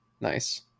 nice